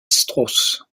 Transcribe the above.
strauss